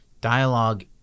dialogue